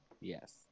Yes